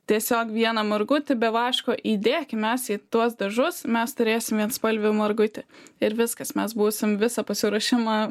tiesiog vieną margutį be vaško įdėkim mes į tuos dažus mes turėsim vienspalvį margutį ir viskas mes būsim visą pasiruošimą